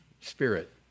spirit